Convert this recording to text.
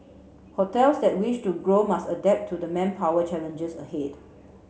hotels that wish to grow must adapt to the manpower challenges ahead